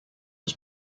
was